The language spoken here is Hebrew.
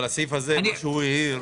כן, אבל הסעיף הזה שהוא העיר.